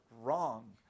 wrong